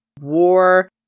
war